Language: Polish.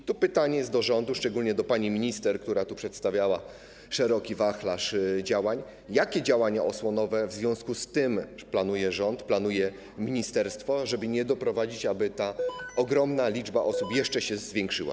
I pytanie do rządu, szczególnie do pani minister, która tu przedstawiała szeroki wachlarz działań, jakie działania osłonowe w związku z tym planuje rząd, planuje ministerstwo, żeby nie doprowadzić do tego, aby ta ogromna liczba osób jeszcze się zwiększyła.